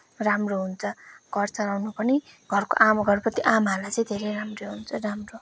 राम्रो हुन्छ घर चलाउन पनि घरको आमा घरको त्यो आमाहरूलाई चाहिँ धेरै राम्रो हुन्छ राम्रो